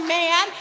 man